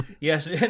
Yes